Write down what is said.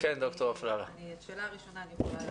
על השאלה הראשונה אני יכולה לענות.